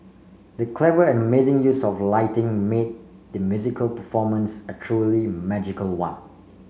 the clever and amazing use of lighting made the musical performance a truly magical one